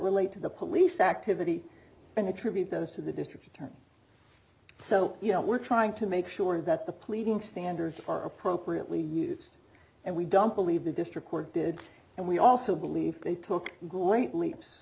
relate to the police activity and attribute those to the district attorney so you know we're trying to make sure that the pleading standards are appropriately used and we don't believe the district court did and we also believe they took great leaps